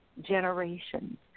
generations